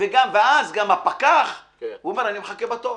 אז גם הפקח אומר, אני מחכה בתור,